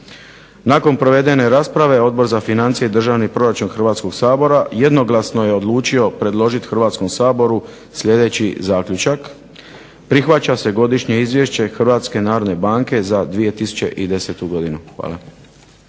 Nakon provedene rasprave Odbor za financije i državni proračun Hrvatskog sabora jednoglasno je odlučio predložiti Hrvatskom saboru sljedeći zaključak: Prihvaća se godišnje izvješće Hrvatske narodne banke za 2010. godinu. Hvala.